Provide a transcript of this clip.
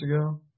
ago